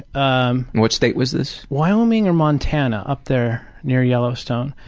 um what state was this? wyoming or montana, up there near yellowstone.